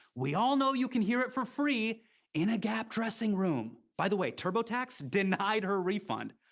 we all know you can hear it for free in a gap dressing room. by the way, turbotax denied her refund.